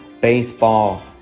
Baseball